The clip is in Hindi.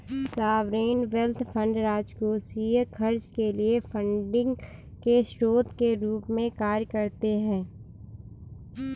सॉवरेन वेल्थ फंड राजकोषीय खर्च के लिए फंडिंग के स्रोत के रूप में कार्य करते हैं